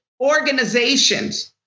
organizations